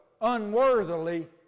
unworthily